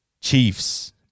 Chiefs